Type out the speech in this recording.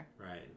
Right